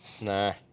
Nah